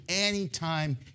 anytime